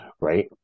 right